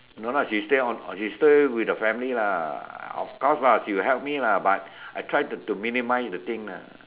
no lah she stay on she stay with the family lah of course lah she got help me lah but I try to minimize the thing ah